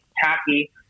tacky